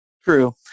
true